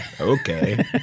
Okay